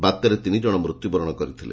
ବାତ୍ୟାରେ ତିନିକଶ ମୃତ୍ୟୁବରଶ କରିଥିଲେ